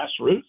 grassroots